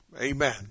Amen